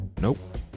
Nope